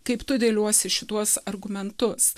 kaip tu dėliuosi šituos argumentus